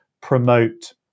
promote